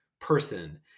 person